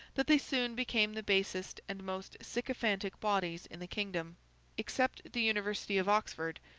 that they soon became the basest and most sycophantic bodies in the kingdom except the university of oxford,